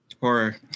Horror